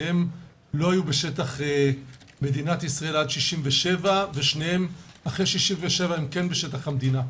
שניהם לא היו בשטח מדינת ישראל עד 67 ושניהם אחרי 67 הם כן בשטח המדינה.